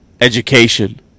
education